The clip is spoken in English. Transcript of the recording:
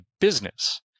business